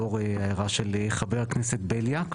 לאור ההערה של חבר הכנסת בליאק,